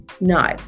no